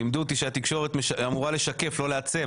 לימדו אותי שהתקשורת אמורה לשקף ולא לעצב,